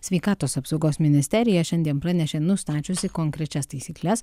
sveikatos apsaugos ministerija šiandien pranešė nustačiusi konkrečias taisykles